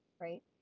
right